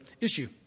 issue